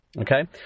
Okay